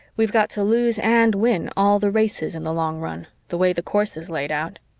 we've got to lose and win all the races in the long run, the way the course is laid out.